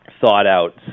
Thought-out